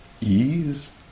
ease